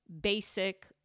basic